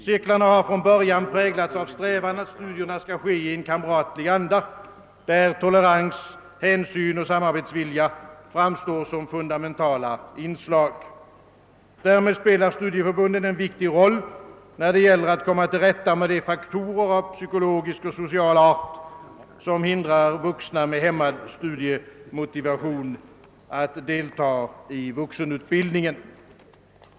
Cirklarna har från början präglats av strävan att studierna skall ske i en kamratlig anda, där tolerans, hänsyn och samarbetsvilja framstår som fundamentala inslag. Därmed spelar studieförbunden en viktig roll när det gäller att komma till rätta med de faktorer av psykologisk och social art, som hindrar vuxna med hämmad studiemotivation att delta i vuxenutbildningen.